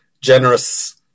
generous